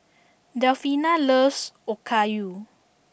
Delfina loves Okayu